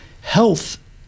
Health